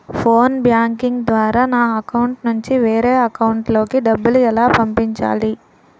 Phone banking ద్వారా నా account నుంచి వేరే అకౌంట్ లోకి డబ్బులు ఎలా పంపించాలి?